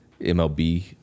MLB